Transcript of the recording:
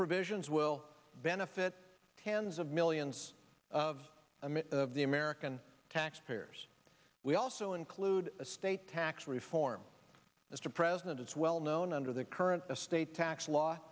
provisions will benefit tens of millions of the american taxpayers we also include a state tax reform mr president it's well known under the current estate tax law